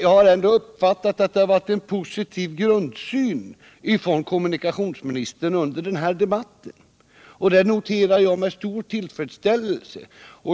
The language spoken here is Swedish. Jag har ändå uppfattat en positiv grundsyn hos kommunikationsministern under den här debatten, och det noterar jag med stor tillfredsställelse.